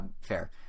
fair